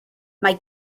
mae